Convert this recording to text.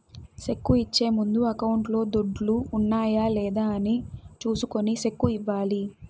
cheque ఇచ్చే ముందు అకౌంట్లో దుడ్లు ఉన్నాయా లేదా అని చూసుకొని సెక్కు ఇవ్వాలి